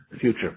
future